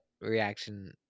reaction